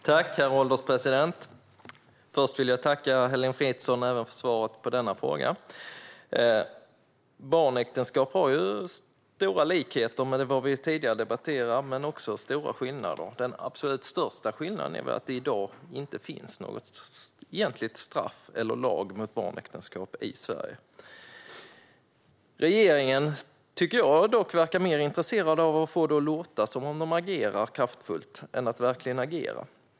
Herr ålderspresident! Först vill jag tacka Heléne Fritzon för svaret på även denna interpellation. Frågan om barnäktenskap har stora likheter med vad vi tidigare debatterade, men också stora skillnader. Den absolut största skillnaden är väl att det i dag inte finns något egentligt straff för eller någon egentlig lag mot barnäktenskap i Sverige. Jag tycker dock att regeringen verkar mer intresserad av att få det att låta som att den agerar kraftfullt än av att verkligen agera.